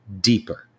deeper